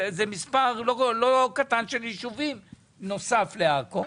מדובר על מספר לא קטן של ישובים בנוסף לעכו.